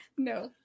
No